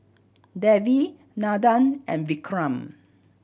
Devi Nandan and Vikram